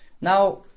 Now